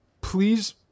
please